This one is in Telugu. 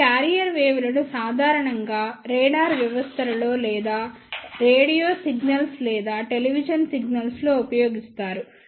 ఈ క్యారియర్ వేవ్ లను సాధారణంగా రాడార్ వ్యవస్థలలో లేదా రేడియో సిగ్నల్స్ లేదా టెలివిజన్ సిగ్నల్స్ లో ఉపయోగిస్తారు